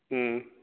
ہوں